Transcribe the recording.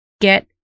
get